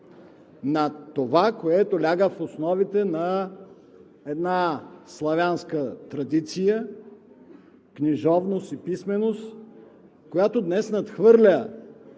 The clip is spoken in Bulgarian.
на това, което ляга в основите на една славянска традиция, книжовност и писменост, която днес надхвърля